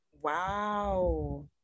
Wow